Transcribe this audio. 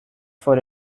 for